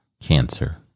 cancer